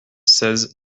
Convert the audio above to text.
seize